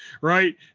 right